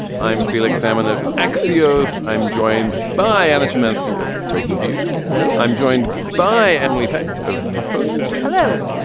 i'm felix salmon of axios. i'm joined by anna shemenski of breakingviews. hello. i'm joined by emily peck of huffpost. hello.